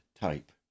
type